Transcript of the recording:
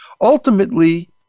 Ultimately